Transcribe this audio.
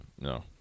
No